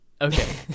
Okay